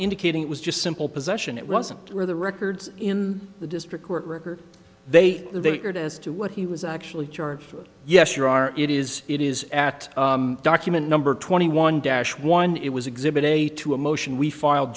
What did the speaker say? indicating it was just simple possession it wasn't where the records in the district court record they they entered as to what he was actually charged yes you are it is it is at document number twenty one dash one it was exhibit a to a motion we filed